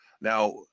now